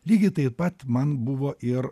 lygiai taip pat man buvo ir